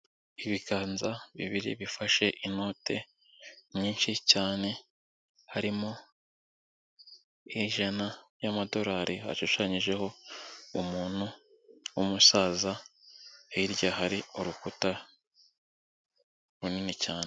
Ibiganza bibiri bifashe inote nyinshi cyane, harimo ijana y'amadolari ashushanyijeho umuntu w'umusaza, hirya hari urukuta runini cyane.